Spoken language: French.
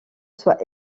soit